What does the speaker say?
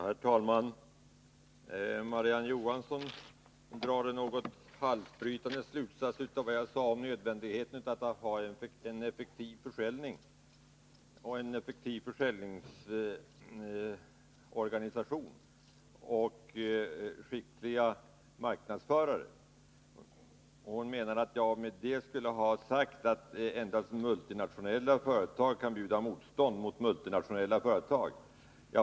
Herr talman! Marie-Ann Johansson drar en något halsbrytande slutsats av vad jag sade om nödvändigheten av att ha en effektiv försäljning, en effektiv försäljningsorganisation och skickliga marknadsförare. Hon menar att jag med det skulle ha sagt att endast multinationella företag kan bjuda motstånd mot multinationella företag.